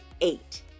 eight